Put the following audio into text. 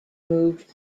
moved